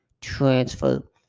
transfer